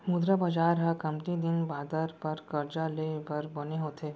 मुद्रा बजार ह कमती दिन बादर बर करजा ले बर बने होथे